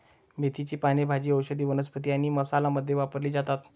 मेथीची पाने भाजी, औषधी वनस्पती आणि मसाला मध्ये वापरली जातात